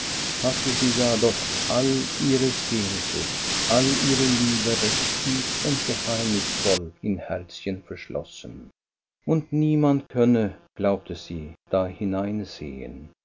hatte sie ja doch all ihre sehnsucht all ihre liebe recht tief und geheimnisvoll im herzchen verschlossen und niemand könne glaubte sie da